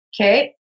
Okay